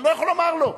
אני לא יכול לומר לו.